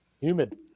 Humid